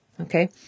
Okay